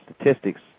statistics